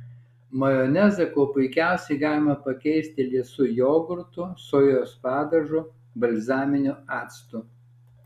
majonezą kuo puikiausiai galima pakeisti liesu jogurtu sojos padažu balzaminiu actu